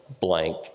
blank